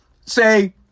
say